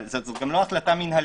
זו לא החלטה מינהלית.